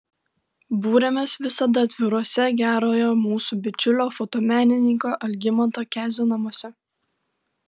būrėmės visada atviruose gerojo mūsų bičiulio fotomenininko algimanto kezio namuose